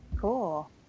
Cool